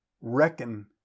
reckon